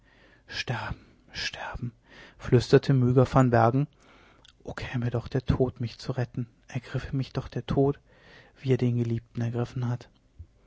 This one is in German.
sterben sterben flüsterte myga van bergen o käme doch der tod mich zu retten ergriffe mich doch der tod wie er den geliebten ergriffen hat